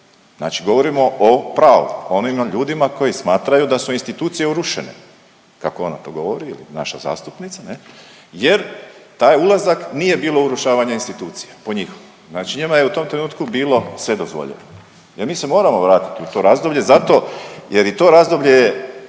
znači govorimo o pravu onima ljudima koji smatraju da su institucije urušene, kako ona to govori ili naša zastupnica ne jer taj ulazak nije bilo urušavanje institucija po njihovom. Znači njima je u tom trenutku bilo sve dozvoljeno jer mi se moramo vratiti u to razdoblje zato jer i to razdoblje je